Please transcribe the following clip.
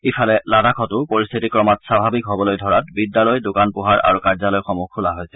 ইফালে লাডাখতো পৰিস্থিতি ক্ৰমাৎ স্বাভাৱিক হ'বলৈ ধৰাত বিদ্যালয় দোকান পোহাৰ আৰু কাৰ্যালয়সমূহ খোলা হৈছে